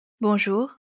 Bonjour